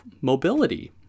mobility